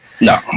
no